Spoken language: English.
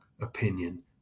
opinion